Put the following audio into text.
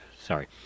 Sorry